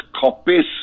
copies